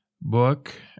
book